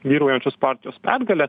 vyraujančios partijos pergalė